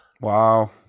Wow